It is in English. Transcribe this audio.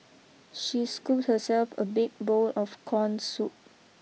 she scooped herself a big bowl of corn soup